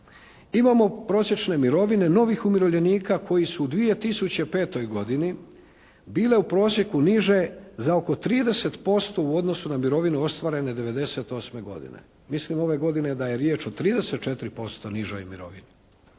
Imamo prosječne mirovine novih umirovljenika koji su u 2005. godini bile u prosjeku niže za oko 30% u odnosu na mirovine ostvarene 98. godine. Mislim ove godine da je riječ o 34% nižoj mirovini.